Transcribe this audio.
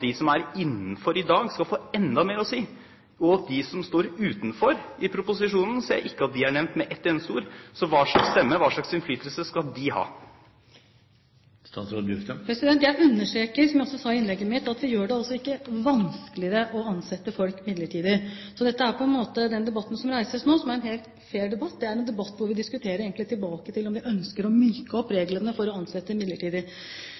de som står utenfor arbeidslivet, skal ha? Her legger man altså opp til at de som er innenfor i dag, skal få enda mer å si, og de som står utenfor – i proposisjonen ser jeg ikke at de er nevnt med et eneste ord – hva slags innflytelse skal de ha? Jeg understreker det jeg sa i innlegget mitt, at vi ikke gjør det vanskeligere å ansette folk midlertidig. Den debatten som reises nå, som er en helt fair debatt, er en debatt der vi diskuterer om vi ønsker å myke opp reglene for å ansette midlertidig.